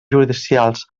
judicials